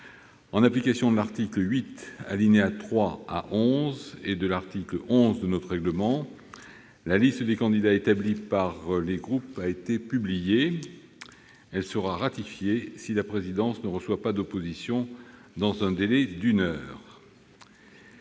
En application de l'article 8, alinéas 3 à 11, et de l'article 11 de notre règlement, la liste des candidats établie par les groupes a été publiée. Elle sera ratifiée si la présidence ne reçoit pas d'opposition dans le délai d'une heure.